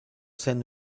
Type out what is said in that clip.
sen